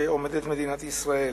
עומדת מדינת ישראל.